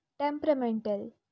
Temperamental